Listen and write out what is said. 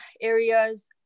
areas